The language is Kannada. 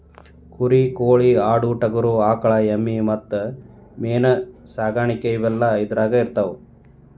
ಕುರಿ ಕೋಳಿ ಆಡು ಟಗರು ಆಕಳ ಎಮ್ಮಿ ಮತ್ತ ಮೇನ ಸಾಕಾಣಿಕೆ ಇವೆಲ್ಲ ಇದರಾಗ ಬರತಾವ